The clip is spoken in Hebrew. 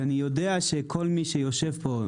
שאני יודע שכל מי שיושב פה,